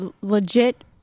legit